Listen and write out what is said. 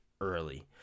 early